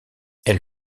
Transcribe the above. elle